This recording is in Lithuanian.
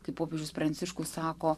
kaip popiežius pranciškus sako